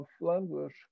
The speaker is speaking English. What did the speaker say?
language